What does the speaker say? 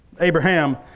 Abraham